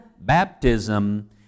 baptism